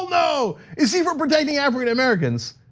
no, is he for protecting african-americans?